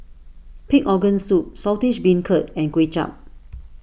Pig Organ Soup Saltish Beancurd and Kuay Chap